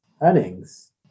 earnings